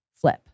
flip